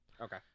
Okay